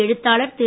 எழுத்தாளர் திரு